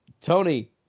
Tony